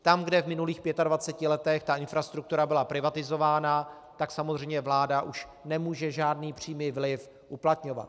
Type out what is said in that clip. Tam, kde v minulých 25 letech ta infrastruktura byla privatizována, samozřejmě vláda už nemůže žádný přímý vliv uplatňovat.